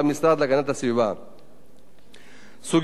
סוגיה נוספת שנדונה בוועדה היא סוגיית